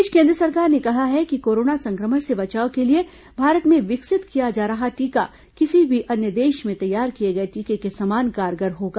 इस बीच केन्द्र सरकार ने कहा है कि कोरोना संक्रमण से बचाव के लिए भारत में विकसित किया जा रहा टीका किसी भी अन्य देश में तैयार किये गये टीके के समान कारगर होगा